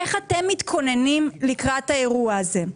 איך אתם מתכוננים לקראת האירוע הזה?